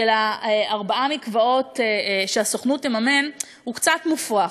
של ארבעה מקוואות שהסוכנות תממן, הוא קצת מופרך.